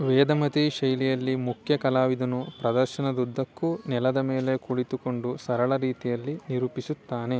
ವೇದಮತಿ ಶೈಲಿಯಲ್ಲಿ ಮುಖ್ಯ ಕಲಾವಿದನು ಪ್ರದರ್ಶನದುದ್ದಕ್ಕೂ ನೆಲದ ಮೇಲೆ ಕುಳಿತುಕೊಂಡು ಸರಳ ರೀತಿಯಲ್ಲಿ ನಿರೂಪಿಸುತ್ತಾನೆ